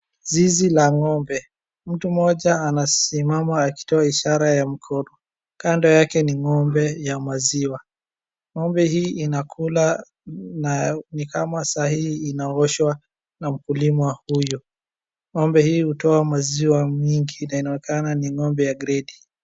Zizi la ng'ombe. Mtu mmoja anasimama akitoa ishara ya mkono. Kando yake ni ng'ombe ya maziwa. Ng'ombe hii inakula na ni kama saa hii inaoshwa na mkulima huyu. Ng'ombe hii hutoa maziwa mingi na inaonekana ni ng'ombe ya gredi.